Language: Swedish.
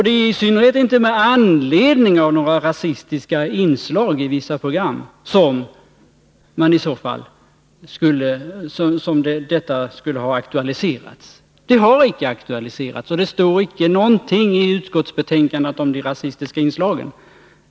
Det är i synnerhet inte med anledning av några rasistiska inslag i vissa program som detta i så fall skulle ha aktualiserats. Det har icke aktualiserats, och det står icke någonting i utskottsbetänkandet om de rasistiska inslagen.